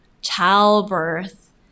childbirth